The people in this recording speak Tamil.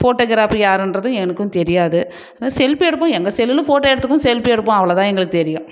ஃபோட்டோகிராபி யாருன்றது எனக்கும் தெரியாது செல்ஃபி எடுப்போம் எங்கள் செல்லில் ஃபோட்டோ எடுத்துப்போம் செல்ஃபி எடுத்துப்போம் அவ்வளதான் எங்களுக்கு தெரியும்